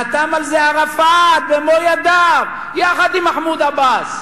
חתם על זה ערפאת במו ידיו, יחד עם מחמוד עבאס.